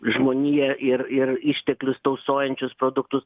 žmoniją ir ir išteklius tausojančius produktus